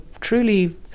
truly